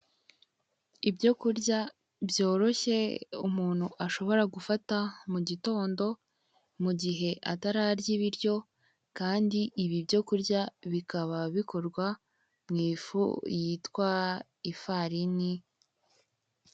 Ibyo kurya byoroshye umuntu ashobora gufata mugitondo mugihe atararya ibiryo Kandi ibi byo kurya bikaba bikorwa mu ifu yitwa ifarine.